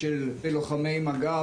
דרך אגב,